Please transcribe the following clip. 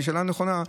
שהיא שאלה נכונה,